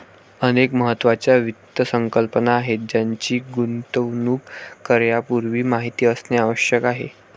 अनेक महत्त्वाच्या वित्त संकल्पना आहेत ज्यांची गुंतवणूक करण्यापूर्वी माहिती असणे आवश्यक आहे